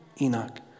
Enoch